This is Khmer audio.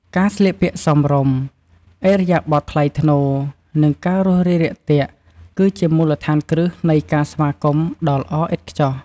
ការស្លៀកពាក់សមរម្យ ឥរិយាបទថ្លៃថ្នូរ និងការរួសរាយរាក់ទាក់ គឺជាមូលដ្ឋានគ្រឹះនៃការស្វាគមន៍ដ៏ល្អឥតខ្ចោះ។